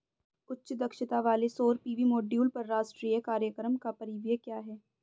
उच्च दक्षता वाले सौर पी.वी मॉड्यूल पर राष्ट्रीय कार्यक्रम का परिव्यय क्या है?